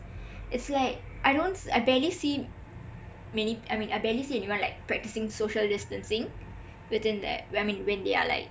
is like I don't I barely see many I mean I barely see anyone like practising social distancing within there I mean when they are like